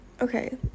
Okay